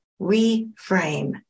reframe